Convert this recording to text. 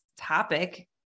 topic